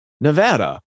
nevada